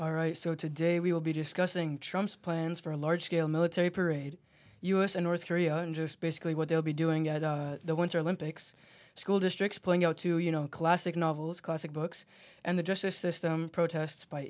all right so today we will be discussing trump's plans for a large scale military parade us in north korea and just basically what they'll be doing at the winter olympics school districts pulling out too you know classic novels classic books and the justice system protests by